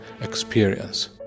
experience